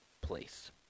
place